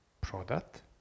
product